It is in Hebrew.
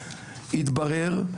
התברר,